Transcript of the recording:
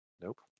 Nope